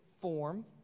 form